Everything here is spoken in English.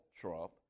Trump